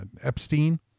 Epstein